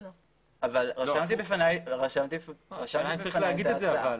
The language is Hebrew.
רשמתי בפניי את ההצעה.